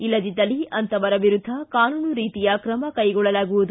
ಇಲ್ಲದಿದ್ದಲ್ಲಿ ಅಂತಹವರ ವಿರುದ್ದ ಕಾನೂನು ರೀತಿಯ ಕ್ರಮ ಕೈಗೊಳ್ಳಲಾಗುವುದು